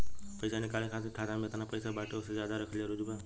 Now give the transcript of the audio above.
पईसा निकाले खातिर खाता मे जेतना पईसा बाटे ओसे ज्यादा रखल जरूरी बा?